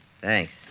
Thanks